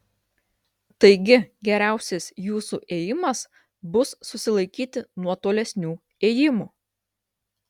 taigi geriausias jūsų ėjimas bus susilaikyti nuo tolesnių ėjimų